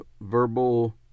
verbal